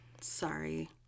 sorry